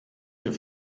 hier